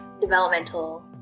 developmental